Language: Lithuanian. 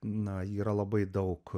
na yra labai daug